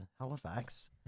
Halifax